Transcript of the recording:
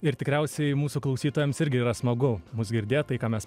ir tikriausiai mūsų klausytojams irgi yra smagu mus girdėt tai ką mes